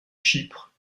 chypre